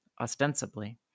ostensibly